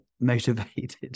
motivated